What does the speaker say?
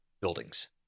buildings